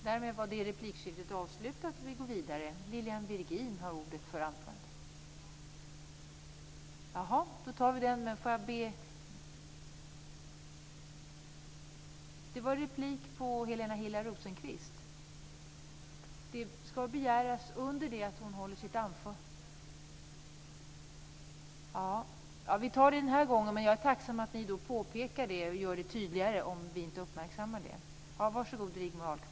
Det är svårt att komma ifrån, Carl-Erik, att det är så många människor som faktiskt blir utan en mycket väsentlig service för sitt dagliga liv.